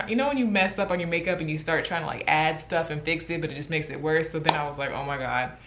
you know when you mess up on your makeup and you start trying to like add stuff and fix it, but it just makes it worse? so then i was like, oh my god,